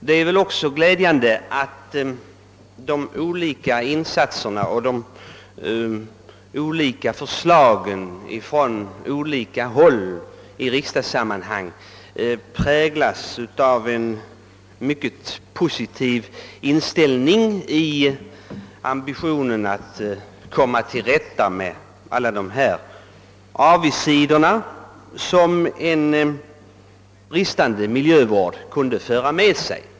Det är också glädjande att de olika insatserna och de olika förslagen här i riksdagen i denna fråga präglas av en mycket positiv ambition att komma till rätta med alla de avigsidor som en bristande miljövård kan medföra.